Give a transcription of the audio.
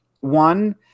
one